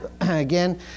again